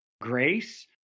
grace